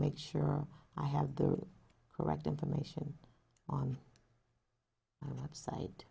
make sure i have the correct information on the website